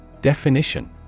Definition